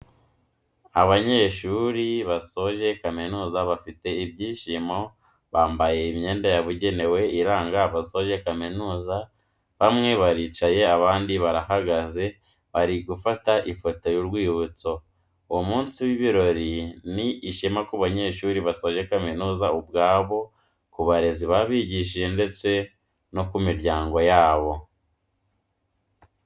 Abanyeshuri basoje kaminuza bafite ibyishimo, bambaye imyenda yabugenewe iranga abasoje kaminuza, bamwe baricaye abandi barahagaze bari gufata ifoto y'urwibutso, uwo munsi w'ibirori ni ishema ku banyeshuri basoje kaminuza ubwabo, ku barezi babigishije ndetse no ku miryango yabo.